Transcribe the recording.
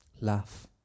Laugh